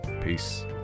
peace